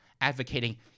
advocating